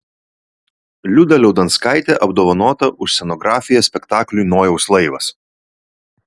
liuda liaudanskaitė apdovanota už scenografiją spektakliui nojaus laivas